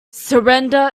surrender